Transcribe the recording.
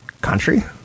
country